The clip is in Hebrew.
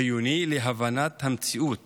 חיוני להבנת המציאות